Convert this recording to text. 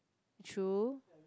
true